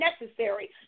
necessary